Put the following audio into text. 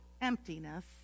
emptiness